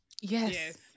Yes